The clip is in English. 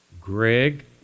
Greg